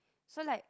so like